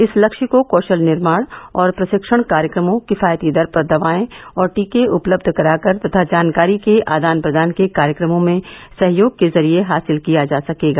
इस लक्ष्य को कौशल निर्माण और प्रशिक्षण कार्यक्रमों किफायती दर पर दवाएं और टीके उपलब्ध कराकर तथा जानकारी के आदान प्रदान के कार्यक्रमों में सहयोग के जरिए हासिल किया जा सकेगा